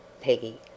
Peggy